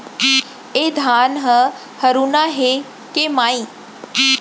ए धान ह हरूना हे के माई?